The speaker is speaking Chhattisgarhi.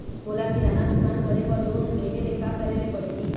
मोला किराना दुकान करे बर लोन लेहेले का करेले पड़ही?